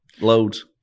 loads